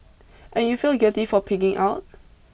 and you feel guilty for pigging out